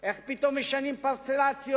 איך פתאום משנים פרצלציות,